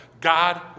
God